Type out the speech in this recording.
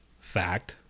Fact